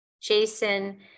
Jason